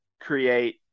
create